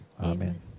Amen